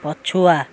ପଛୁଆ